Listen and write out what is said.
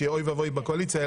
שאוי ואבוי היא בקואליציה,